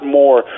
more